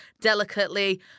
delicately